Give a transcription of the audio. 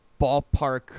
ballpark